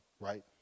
right